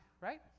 right